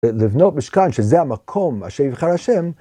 לבנות משכן שזה המקום אשר יבחר השם.